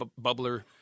bubbler